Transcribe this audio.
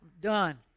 Done